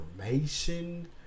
information